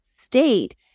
state